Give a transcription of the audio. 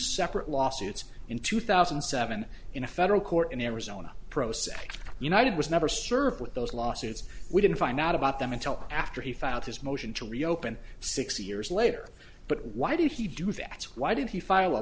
separate lawsuits in two thousand and seven in a federal court in arizona prosecco united was never served with those lawsuits we didn't find out about them until after he filed his motion to reopen six years later but why did he do that why did he file a